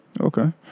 Okay